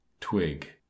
twig